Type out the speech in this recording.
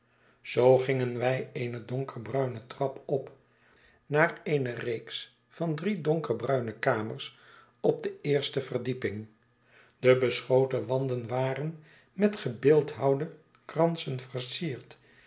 zoo gingen wij eene donkerbruine trap op naar eene reeks van drie donkerbruine kamers op de eerste verdieping de beschoten wanden waren met gebeeldhouwde kransen versierd